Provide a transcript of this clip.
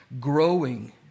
growing